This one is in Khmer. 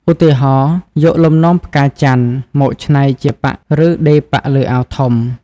ឧទាហរណ៍ យកលំនាំផ្កាចន្ទន៍មកច្នៃជាប៉ាក់ឬដេរប៉ាក់លើអាវធំ។